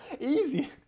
Easy